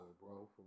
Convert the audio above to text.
bro